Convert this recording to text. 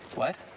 what?